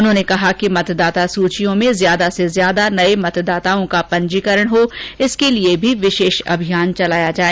उन्होंने कहा कि मतदाता सूचियों में ज्यादा से ज्यादा नये मतदाताओं का पंजीकरण हो इसके लिए भी विशेष अभियान चलाए जाए